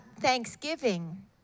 Thanksgiving